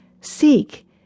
Seek